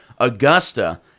Augusta